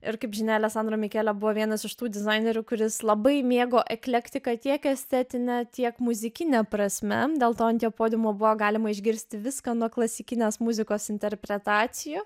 ir kaip žinia aleksandro mikele buvo vienas iš tų dizainerių kuris labai mėgo eklektiką tiek estetine tiek muzikine prasme dėl to ant jo podiumo buvo galima išgirsti viską nuo klasikinės muzikos interpretacijų